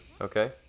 Okay